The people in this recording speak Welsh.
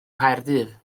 nghaerdydd